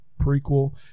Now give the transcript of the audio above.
prequel